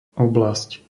oblasť